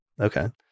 Okay